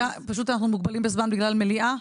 אנחנו מוגבלים בזמן בגלל המליאה.